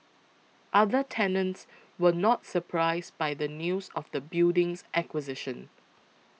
other tenants were not surprised by the news of the building's acquisition